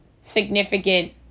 significant